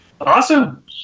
Awesome